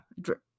drip